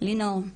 לינור: